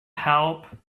help